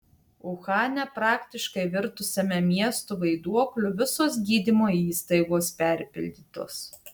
uhane praktiškai virtusiame miestu vaiduokliu visos gydymo įstaigos perpildytos